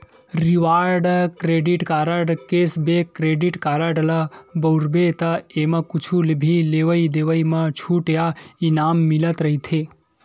reward credit card, cashback credit card ल बउरबे त एमा कुछु भी लेवइ देवइ म छूट या इनाम मिलत रहिथे